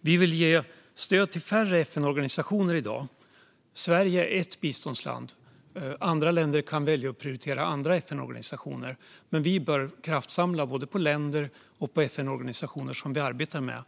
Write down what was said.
Vi vill ge stöd till färre FN-organisationer än i dag. Sverige är ett biståndsland. Andra länder kan välja att prioritera andra FN-organisationer, men vi bör kraftsamla när det gäller både länder och FN-organisationer som vi arbetar med.